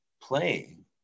playing